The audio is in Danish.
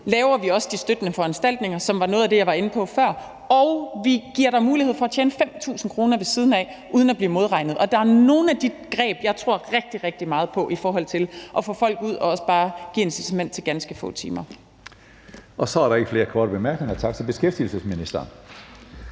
laver vi også de støttende foranstaltninger, som var noget af det, jeg var inde på før, og vi giver dig mulighed for at tjene 5.000 kr. ved siden af uden at blive modregnet, og der er nogle af de greb, jeg tror rigtig, rigtig meget på i forhold til at få folk ud på arbejdsmarkedet og også bare i forhold til at give incitament